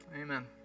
Amen